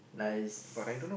nice